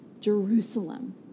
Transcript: Jerusalem